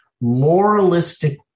moralistic